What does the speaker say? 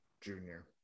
Junior